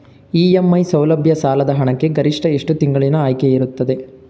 EMI ಸೌಲಭ್ಯ ಸಾಲದ ಹಣಕ್ಕೆ ಗರಿಷ್ಠ ಎಷ್ಟು ತಿಂಗಳಿನ ಆಯ್ಕೆ ಇರುತ್ತದೆ?